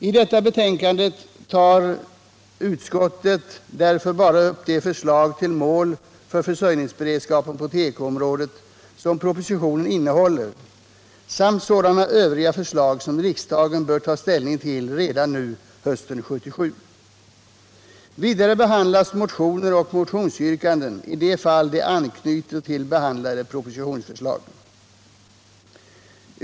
I detta betänkande tar utskottet därför bara upp de förslag till mål för försörjningsberedskapen på tekoområdet som propositionen innehåller samt sådana övriga förslag som riksdagen bör ta ställning till redan nu, hösten 1977. Vidare behandlas motioner och motionsyrkanden i de fall de anknyter till be 135 handlade propositionsförslag.